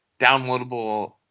downloadable